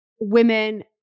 women